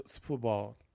football